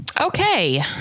Okay